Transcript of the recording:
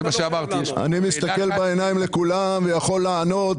אני מסתכל בעיניים לכולם ויכול לענות.